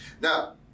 now